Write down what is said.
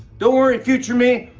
don't worry, future me.